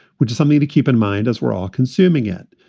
which is something to keep in mind as we're all consuming it.